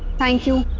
thank you.